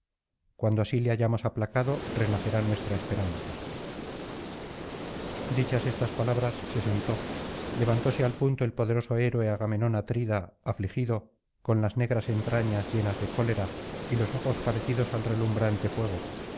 cuando así le hayamos aplacado renacerá nuestra esperanza loi dichas estas palabras se sentó levantóse al punto el poderoso héroe agamenón atrida afligido con las negras entrañas llenas de cólera y los ojos parecidos al relumbrante fuego